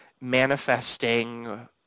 manifesting